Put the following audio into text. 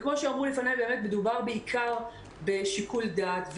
כפי שאמרו לפניי, מדובר בעיקר בשיקול דעת.